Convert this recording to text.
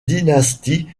dynastie